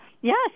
Yes